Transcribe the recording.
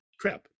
crap